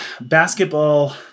basketball